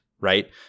right